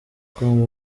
com